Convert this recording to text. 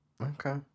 okay